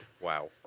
Wow